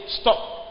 stop